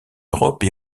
europe